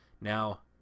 Now